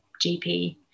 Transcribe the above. GP